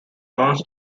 amounts